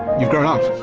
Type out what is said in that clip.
you've grown up.